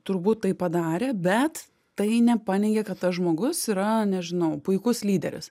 turbūt tai padarė bet tai nepaneigia kad tas žmogus yra nežinau puikus lyderis